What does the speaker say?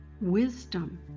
wisdom